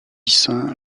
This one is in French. saint